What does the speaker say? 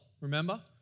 remember